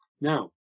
Now